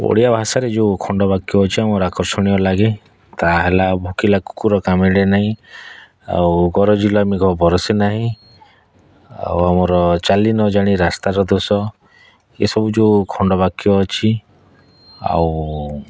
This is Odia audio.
ଓଡ଼ିଆ ଭାଷାରେ ଯୋଉ ଖଣ୍ଡବାକ୍ୟ ଅଛି ଆମର ଆକର୍ଷଣୀୟ ଲାଗେ ତାହା ହେଲା ଭୋକିଲା କୁକୁର କାମୁଡ଼େ ନାହିଁ ଆଉ ଗରଜିଲା ମେଘ ବରଷେ ନାହିଁ ଆଉ ଆମର ଚାଲି ନ ଜାଣି ରାସ୍ତାର ଦୋଷ ଏସବୁ ଯେଉଁ ଖଣ୍ଡବାକ୍ୟ ଅଛି ଆଉ